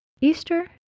Easter